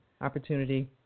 opportunity